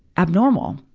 abnormal,